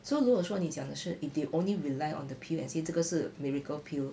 so 如果说你讲的是 if they only rely on the pill and say 这个是 miracle pill